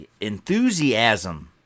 enthusiasm